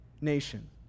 nation